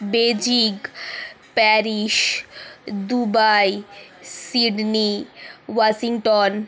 Beijing Paris Dubai Sydney Washington